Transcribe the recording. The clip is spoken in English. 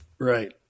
Right